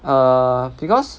err because